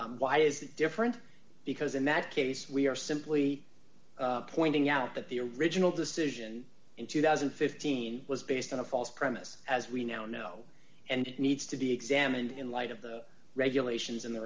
one why is that different because in that case we are simply pointing out that the original decision in two thousand and fifteen was based on a false premise as we now know and it needs to be examined in light of the regulations and the